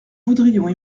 voudrions